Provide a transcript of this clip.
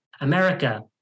America